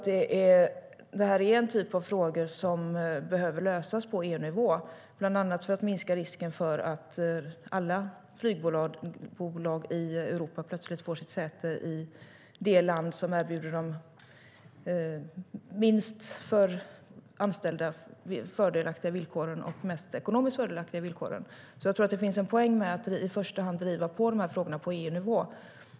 Den här typen av frågor behöver lösas på EU-nivå, bland annat för att minska risken att alla flygbolag i Europa plötsligt ska ha sitt säte i det land som erbjuder de ekonomiskt mest fördelaktiga villkoren men där villkoren för de anställda är de minst fördelaktiga. Det finns en poäng med att i första hand driva dessa frågor på EU-nivå.